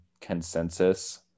consensus